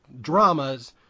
dramas